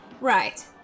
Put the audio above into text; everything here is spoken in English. Right